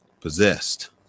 Possessed